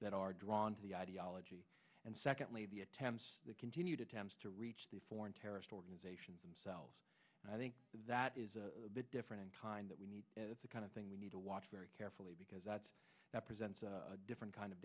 that are drawn to the ideology and secondly the attempts the continued attempts to reach the foreign terrorist organization cells i think that is a bit different in kind that we need the kind of thing we need to watch very carefully because that that presents a different kind of